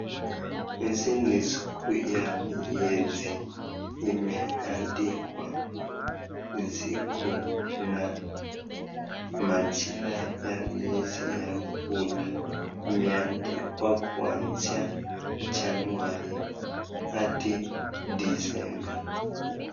Hizi ni siku ya miezi. imeandikwa, siku na majina ya mIezi ya muhula. Imeandikwa kuanzia januari hadi dicemba.